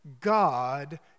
God